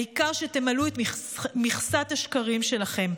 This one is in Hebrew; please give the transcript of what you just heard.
העיקר שתמלאו את מכסת השקרים שלכם.